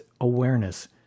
awareness